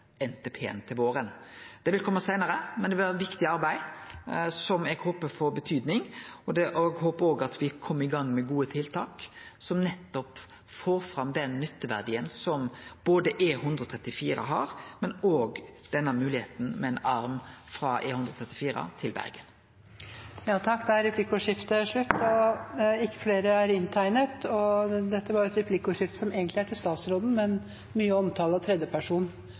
til våren. Han vil komme seinare, men det vil vere eit viktig arbeid som eg håper får betydning. Eg håper òg at me kjem i gang med gode tiltak, som nettopp får fram den nytteverdien som E134 har, men òg denne mogelegheita med ein arm frå E134 til